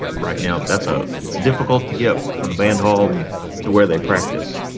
right now, that's a it's difficult to get from the band hall to where they practice.